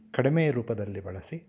ಕಡಿಮೆಯ ರೂಪದಲ್ಲಿ ಬಳಸಿ